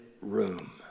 room